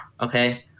okay